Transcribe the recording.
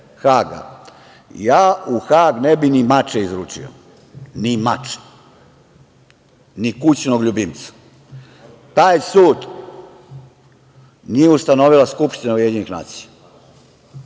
Haga, ja u Hag ne bih ni mače izručio. Ni mače. Ni kućnog ljubimca. Taj sud nije ustanovila Skupština UN, je